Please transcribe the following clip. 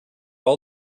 all